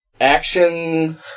action